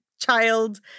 child